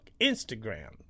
Instagram